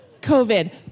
COVID